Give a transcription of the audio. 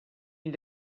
you